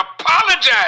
apologize